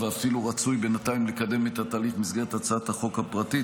ואפילו רצוי בינתיים לקדם את התהליך במסגרת הצעת החוק הפרטית.